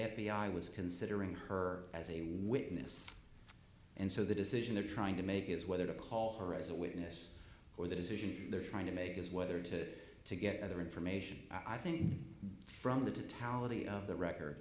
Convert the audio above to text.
i was considering her as a witness and so the decision they're trying to make is whether to call her as a witness or the decision they're trying to make is whether to to get other information i think from the tower the of the record